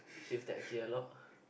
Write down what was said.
shift that gear loh